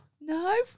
No